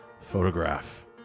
Photograph